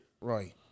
right